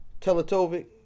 Teletovic